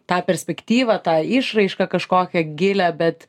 tą perspektyvą tą išraišką kažkokią gilią bet